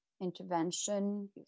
intervention